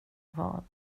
vad